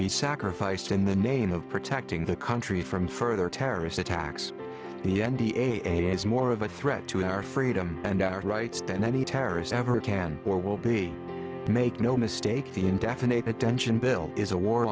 be sacrificed in the name of protecting the country from further terrorist attacks the n d a is more of a threat to our freedom and our rights than any terrorist ever can or will be make no mistake the indefinite detention bill is a